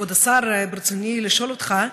כבוד השר, ברצוני לשאול אותך,